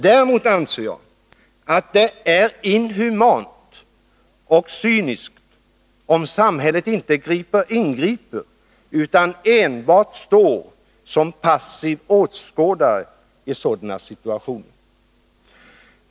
Däremot anser jag att det är inhumant och cyniskt, om samhället inte ingriper utan enbart står som passiv åskådare i sådana situationer.